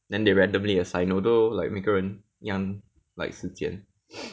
then they randomly assign although like 每个人一样 like 时间